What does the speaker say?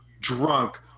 drunk